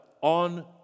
on